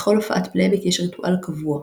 לכל הופעת פלייבק יש ריטואל קבוע,